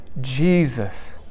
Jesus